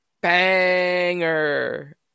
Banger